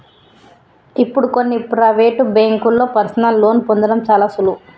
ఇప్పుడు కొన్ని ప్రవేటు బ్యేంకుల్లో పర్సనల్ లోన్ని పొందడం చాలా సులువు